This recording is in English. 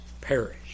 perish